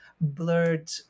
blurred